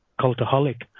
Cultaholic